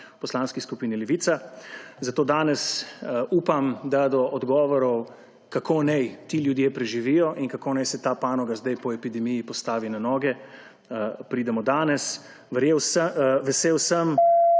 Poslanski skupino Levica, zato danes upam, da do odgovorov, kako naj ti ljudje preživijo in kako naj se ta panoga sedaj po epidemiji postavi na noge, pridemo danes. Vesel sem,